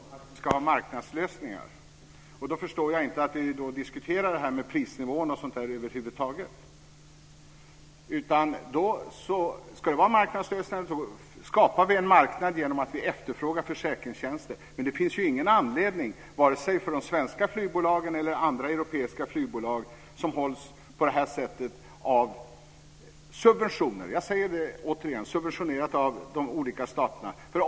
Fru talman! Vi tycks vara överens om att vi ska ha marknadslösningar. Då förstår jag inte att vi över huvud taget diskuterar prisnivåer osv. Ska det vara marknadslösningar så skapar vi en marknad genom att efterfråga försäkringstjänster. Men det finns ju ingen anledning, vare sig för de svenska flygbolagen eller för de andra europeiska flygbolag som på detta sätt får subventioner av de olika staterna, att efterfråga tjänsterna på marknaden.